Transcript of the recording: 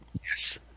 yes